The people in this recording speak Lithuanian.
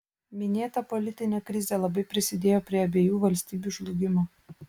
minėta politinė krizė labai prisidėjo prie abiejų valstybių žlugimo